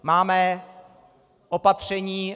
Máme opatření.